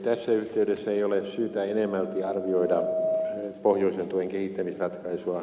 tässä yhteydessä ei ole syytä enemmälti arvioida pohjoisen tuen kehittämisratkaisua